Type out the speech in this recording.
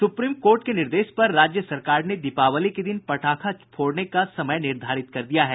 supreme court के निर्देश पर राज्य सरकार ने दीपावली के दिन पटाखा फोड़ने का समय निर्धारित कर दिया है